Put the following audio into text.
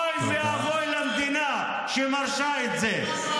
----- אוי ואבוי למדינה שמרשה את זה.